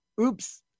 Oops